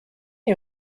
you